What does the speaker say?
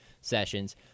sessions